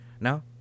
no